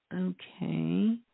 okay